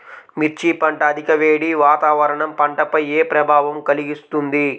మిర్చి పంట అధిక వేడి వాతావరణం పంటపై ఏ ప్రభావం కలిగిస్తుంది?